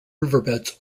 riverbeds